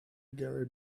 gary